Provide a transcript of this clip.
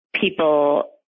people